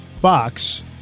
Fox